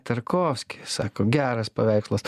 tarkovskis sako geras paveikslas